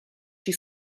she